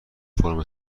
فرم